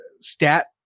stat